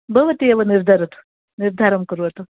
भवति एव निर्धारतु निर्धारं करोतु